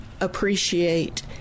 appreciate